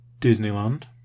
Disneyland